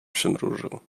przymrużył